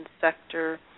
sector